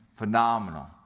phenomenal